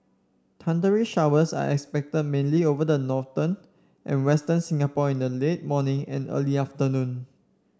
thundery showers are expected mainly over the northern and western Singapore in the late morning and early afternoon